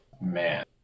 Man